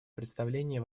представление